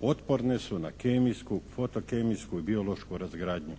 Otporne su na kemijsku, fotokemijsku i biološku razgradnju.